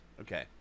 Okay